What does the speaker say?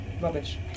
Rubbish